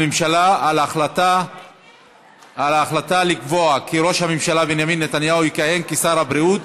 הממשלה על החלטתה לקבוע כי ראש הממשלה בנימין נתניהו יכהן כשר הבריאות,